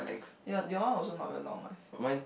your your also not very long what I feel